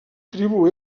tribu